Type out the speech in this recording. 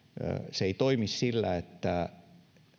se ei toimi sillä että